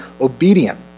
obedient